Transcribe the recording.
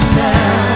now